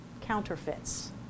counterfeits